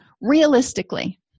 realistically